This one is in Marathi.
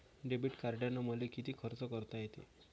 डेबिट कार्डानं मले किती खर्च करता येते?